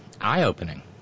eye-opening